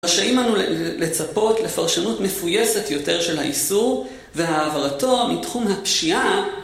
רשאים לנו לצפות לפרשנות מפוייסת יותר של האיסור והעברתו מתחום הפשיעה